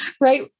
Right